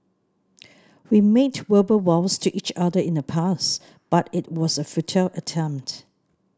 we made verbal vows to each other in the past but it was a futile attempt